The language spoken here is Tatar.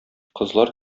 кызлар